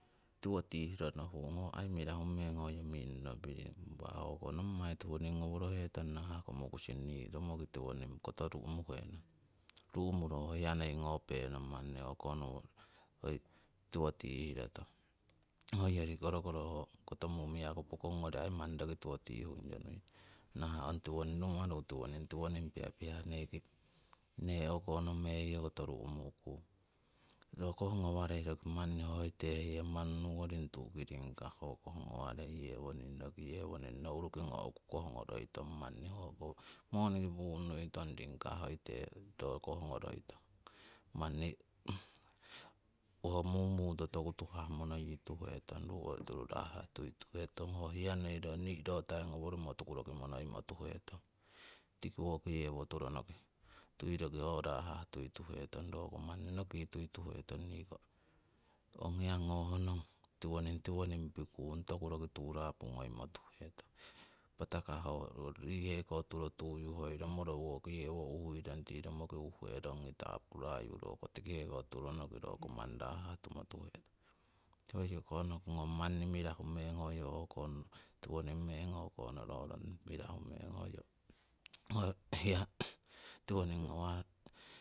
Tiwo tiihro nohung ho aii mirahu meng mi'noropirig impa hoko nommai tiwoning ngorohetong nahah ko mokusing nii romoki tiwoning koto ru'muhenong, ru'muro ho hiya noi ngopenong manni o'konowo hoi tiwo tiihro tong. Hoyori korokoro ho koto mumiaku pokong ngori aii manni roki tiwo tihungyo nuiyong nahah ong rumaru ong tiwoning pihapihah nee o'konomeiyo koto ru'mu'kung. Ho koh ngawarei hoko nouruki ngo'ku hoh ngoroitong hoko moniki pun'uitong ringkah ho ro koh ngoroitong, manni ho mumuto tokunoi monoyi tuhetong, ho hiya noi ngoworomo tuku roki monoyi tuhetong tiki woki yewo turonoki, tui roki ho rahah tuituhetong roko manni ho rahah tuituhetong noki ong hiya ngohnong tiwoning tiwoning pikung toku roki turapo ngoimo tuhetong. Tikiko turo tuyu hoi romoro woki hewo uhuirong ti romoki uhuherong tapurayu roko tikiheko turonoki roko manni rahah tumotuhetong. Hoyoko nohungong manni mirahu meng hoyo o'ko tiwoning meng o'konororong, mirahu meng hoyo ho hiya tiwoning ngawah